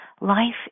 Life